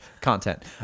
content